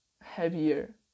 heavier